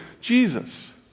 Jesus